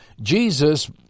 Jesus